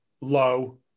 low